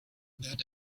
that